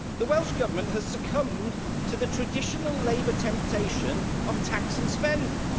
the welsh government has succumbed to the traditional labour temptation of tax and spend.